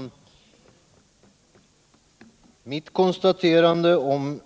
Herr talman! Det jag sade om